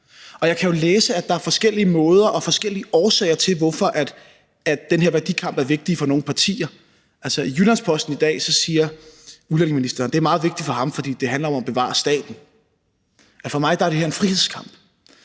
Jeg kan jo læse, at der er forskellige årsager til, at den her værdikamp er vigtig for nogle partier. Altså, i Jyllands-Posten i dag siger udlændingeministeren, at det er meget vigtigt for ham, fordi det handler om at bevare staten. For mig er det her en frihedskamp.